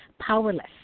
powerless